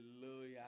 Hallelujah